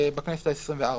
בכנסת העשרים-וארבע.